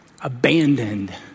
abandoned